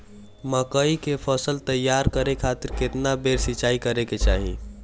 मकई के फसल तैयार करे खातीर केतना बेर सिचाई करे के चाही?